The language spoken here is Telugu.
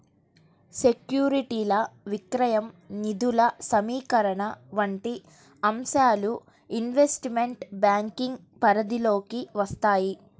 సెక్యూరిటీల విక్రయం, నిధుల సమీకరణ వంటి అంశాలు ఇన్వెస్ట్మెంట్ బ్యాంకింగ్ పరిధిలోకి వత్తాయి